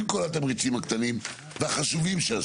עם כל התמריצים הקטנים והחשובים שעשו.